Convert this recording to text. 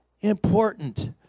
important